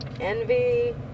envy